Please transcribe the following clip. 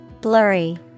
Blurry